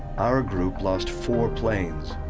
our group lost four planes,